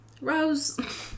rose